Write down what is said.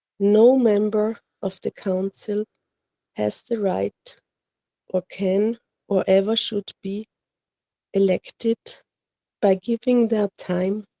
no member of the council has the right or can or ever should be elected by giving their time,